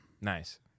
Nice